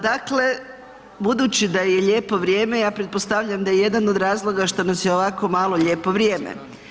Dakle, budući da je lijepo vrijeme, ja pretpostavljam da jedan od razloga što nas je ovako malo lijepo vrijeme.